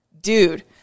Dude